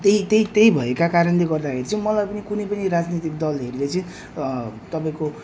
त्यही त्यही त्यही भएका कारणले गर्दाखेरि चाहिँ मलाई पनि कुनै पनि राजनीतिक दलहरूले चाहिँ तपाईँको